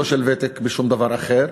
לא של ותק בשום דבר אחר,